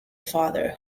father